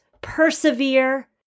persevere